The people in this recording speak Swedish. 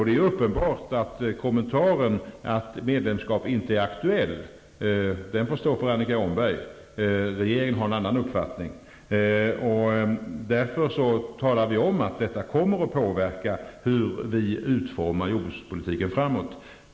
Det är uppenbart att kommentaren att medlemskap inte är aktuellt får stå för Annika Åhnberg, då regeringen har en annan uppfattning. Därför talar vi om att detta kommer att påverka jordbrukspolitikens utformning framöver.